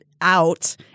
out